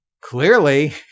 clearly